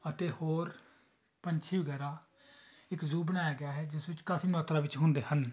ਅਤੇ ਹੋਰ ਪੰਛੀ ਵਗੈਰਾ ਇੱਕ ਜ਼ੂ ਬਣਾਇਆ ਗਿਆ ਹੈ ਜਿਸ ਵਿੱਚ ਕਾਫੀ ਮਾਤਰਾ ਵਿੱਚ ਹੁੰਦੇ ਹਨ